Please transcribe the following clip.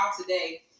today